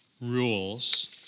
rules